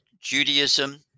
Judaism